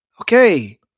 okay